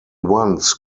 once